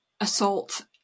assault